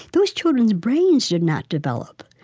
those children's brains did not develop.